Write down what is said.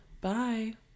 Bye